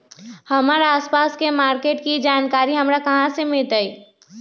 हमर आसपास के मार्किट के जानकारी हमरा कहाँ से मिताई?